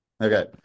Okay